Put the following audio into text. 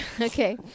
Okay